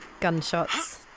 Gunshots